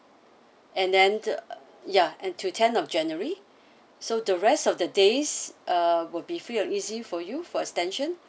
and then the ya until ten of january so the rest of the days uh will be free and easy for you for extension